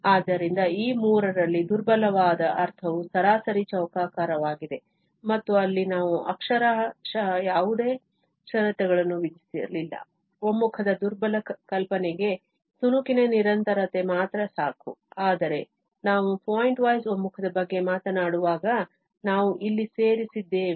ಆದ್ದರಿಂದ ಈ ಮೂರರಲ್ಲಿ ದುರ್ಬಲವಾದ ಅರ್ಥವು ಸರಾಸರಿ ಚೌಕಾಕಾರವಾಗಿದೆ ಮತ್ತು ಅಲ್ಲಿ ನಾವು ಅಕ್ಷರಶಃ ಯಾವುದೇ ಷರತ್ತುಗಳನ್ನು ವಿಧಿಸಲಿಲ್ಲ ಒಮ್ಮುಖದ ದುರ್ಬಲ ಕಲ್ಪನೆಗೆ ತುಣುಕಿನ ನಿರಂತರತೆ ಮಾತ್ರ ಸಾಕು ಆದರೆ ನಾವು ಪಾಯಿಂಟ್ವೈಸ್ ಒಮ್ಮುಖದ ಬಗ್ಗೆ ಮಾತನಾಡುವಾಗ ನಾವು ಇಲ್ಲಿ ಸೇರಿಸಿದ್ದೇವೆ